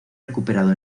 recuperado